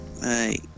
Hey